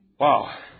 Wow